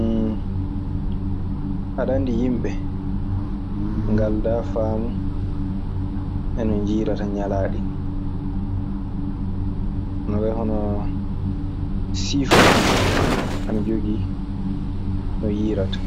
Aɗe anndi yimɓe ngaldaa faamu e no njiirata ñalaaɗi ɗii. Ana wayi hono sii fu ana jogii no yiirata.